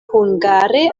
hungare